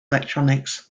electronics